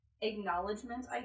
acknowledgement